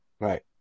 Right